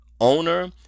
Owner